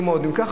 אם ככה היה,